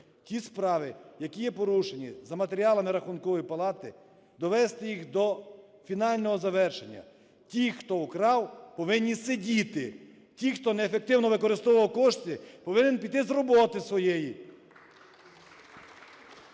Ті справи, які є порушені за матеріалами Рахункової палати, довести їх до фінального завершення. Ті, хто вкрав повинні сидіти. Ті, хто неефективно використовував кошти, повинен піти з роботи своєї.